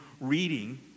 reading